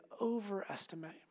overestimate